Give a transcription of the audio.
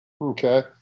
okay